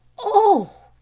oh!